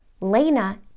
Lena